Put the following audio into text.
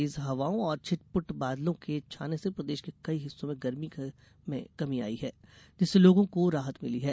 तेज हवाओं और छिटपुट बादलों के छाने से प्रदेश के कई हिस्सों में गर्मी में कमी आई है जिससे लोगों को राहत मिली है